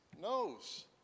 knows